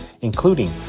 including